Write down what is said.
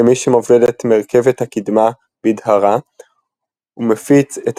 כמי שמוביל את מרכבת הקדמה בדהרה ומפיץ את